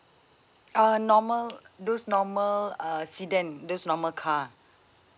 uh normal those normal uh sedan those normal car